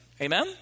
amen